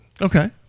Okay